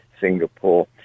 singapore